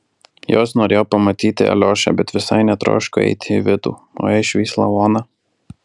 jos norėjo pamatyti aliošą bet visai netroško eiti į vidų o jei išvys lavoną